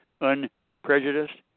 unprejudiced